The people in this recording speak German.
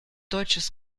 deutsches